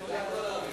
לא יכולה.